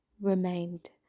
remained